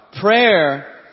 Prayer